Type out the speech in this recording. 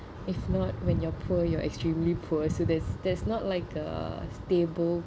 if not when you're poor you're extremely poor so that's that's not like a stable